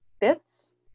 bits